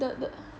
the the